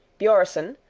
bjorsen,